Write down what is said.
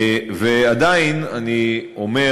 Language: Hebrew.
ועדיין אני אומר,